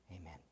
Amen